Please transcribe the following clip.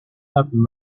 have